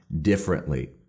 differently